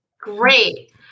Great